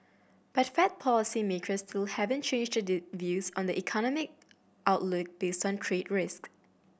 but Fed policymakers still haven't changed their views on the economic outlook based on trade risks